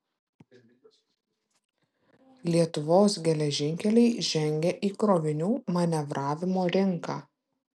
lietuvos geležinkeliai žengia į krovinių manevravimo rinką